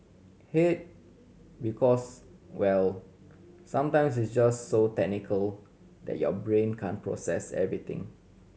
hate because well sometimes it's just so technical that your brain can't process everything